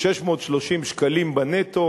630 שקלים בנטו